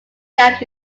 gag